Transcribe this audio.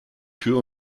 tür